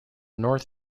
north